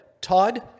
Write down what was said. Todd